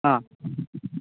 ആ